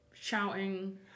shouting